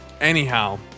Anyhow